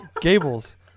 Gable's